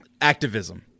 Activism